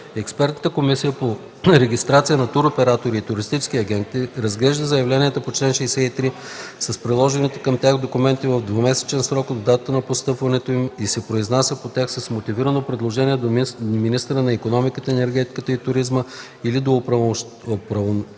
Експертната комисия по регистрация на туроператори и туристически агенти разглежда заявленията по чл. 63 с приложените към тях документи в двумесечен срок от датата на постъпването им и се произнася по тях с мотивирано предложение до министъра на икономиката, енергетиката и туризма или до оправомощено